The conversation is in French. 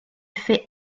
fait